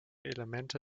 elemente